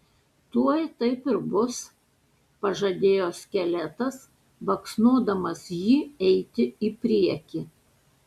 tuoj taip ir bus pažadėjo skeletas baksnodamas jį eiti į priekį